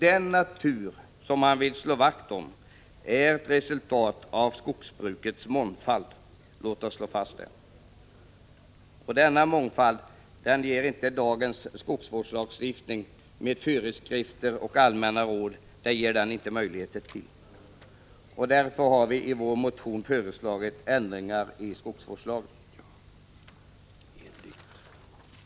Den natur som man vill slå vakt om är ett resultat av skogsbrukets mångfald — låt oss slå fast det. Denna mångfald ger dagens skogsvårdslagstiftning, med föreskrifter och allmänna råd, inte möjligheter till. Därför har vi i vår motion föreslagit ändringar i skogsvårdslagen.